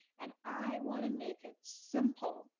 and i wanna make it simple.